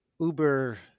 uber